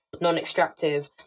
non-extractive